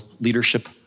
leadership